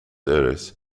aires